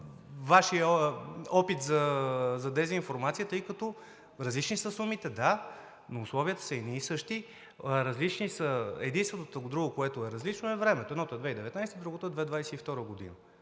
Вашия опит за дезинформация, тъй като различни са сумите, да, но условията са едни и същи. Единственото различно е времето – едното е 2019-а, другото е 2022 г.